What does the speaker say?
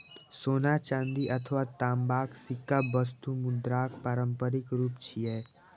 सोना, चांदी अथवा तांबाक सिक्का वस्तु मुद्राक पारंपरिक रूप छियै